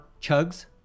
chugs